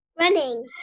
Running